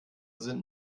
sind